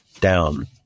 down